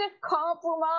compromise